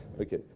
okay